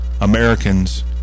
Americans